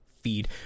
feed